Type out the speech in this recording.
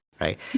right